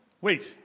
Wait